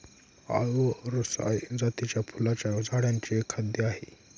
आळु अरसाय जातीच्या फुलांच्या झाडांचे एक खाद्य आहे